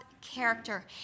character